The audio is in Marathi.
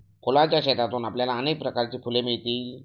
फुलांच्या शेतातून आपल्याला अनेक प्रकारची फुले मिळतील